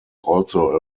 also